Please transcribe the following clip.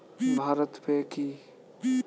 Bharat pe কি?